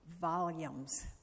volumes